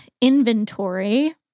inventory